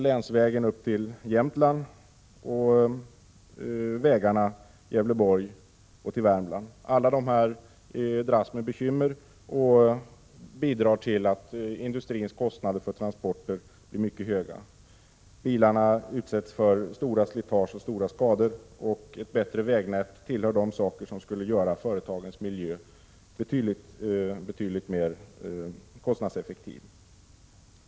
Länsvägen upp till Jämtland liksom vägarna till Gävleborgs län och till Värmland dras alla med bekymmer, och detta bidrar till att industrins kostnader för transporter blir mycket höga. Bilar utsätts för stort slitage och stora skador. Ett bättre vägnät tillhör de saker som skulle göra företagens miljö betydligt mer kostnadseffektiv.